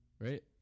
Right